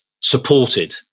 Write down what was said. supported